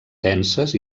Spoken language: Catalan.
denses